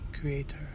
creator